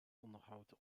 onderhoudt